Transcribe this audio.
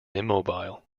immobile